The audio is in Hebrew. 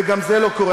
וגם זה לא קורה.